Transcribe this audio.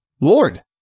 Lord